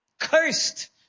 cursed